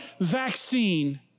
vaccine